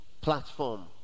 platform